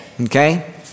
Okay